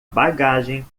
bagagem